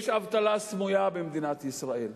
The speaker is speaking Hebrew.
יש אבטלה סמויה במדינת ישראל.